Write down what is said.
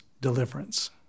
deliverance